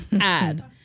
Add